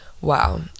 wow